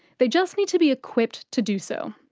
they just need to be equipped to do so.